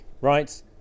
right